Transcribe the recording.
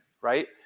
right